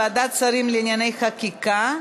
ועדת שרים לענייני חקיקה),